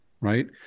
right